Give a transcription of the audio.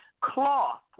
cloth